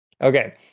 okay